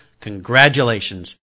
congratulations